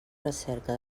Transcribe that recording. recerca